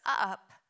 up